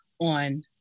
on